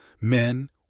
men